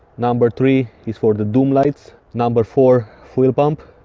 number three is for the doum lights number four fuel pump,